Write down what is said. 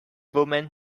woman